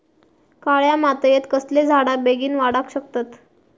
काळ्या मातयेत कसले झाडा बेगीन वाडाक शकतत?